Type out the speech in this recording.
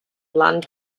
land